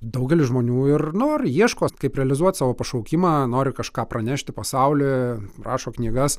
daugelis žmonių ir nori ieškos kaip realizuot savo pašaukimą nori kažką pranešti pasauliui rašo knygas